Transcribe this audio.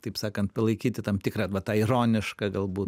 taip sakant palaikyti tam tikrą va tą ironišką galbūt